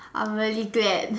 I'm really glad